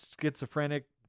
schizophrenic